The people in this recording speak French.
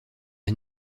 est